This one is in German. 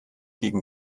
gegen